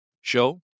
show